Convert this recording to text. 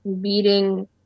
beating